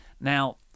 Now